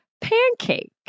Pancake